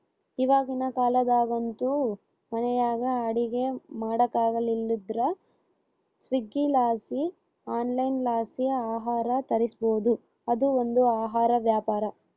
ಇವಾಗಿನ ಕಾಲದಾಗಂತೂ ಮನೆಯಾಗ ಅಡಿಗೆ ಮಾಡಕಾಗಲಿಲ್ಲುದ್ರ ಸ್ವೀಗ್ಗಿಲಾಸಿ ಆನ್ಲೈನ್ಲಾಸಿ ಆಹಾರ ತರಿಸ್ಬೋದು, ಅದು ಒಂದು ಆಹಾರ ವ್ಯಾಪಾರ